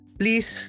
please